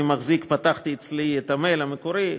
פתחתי אצלי את המייל המקורי,